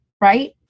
right